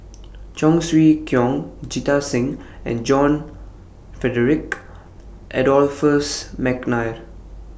Cheong Siew Keong Jita Singh and John Frederick Adolphus Mcnair